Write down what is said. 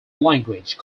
language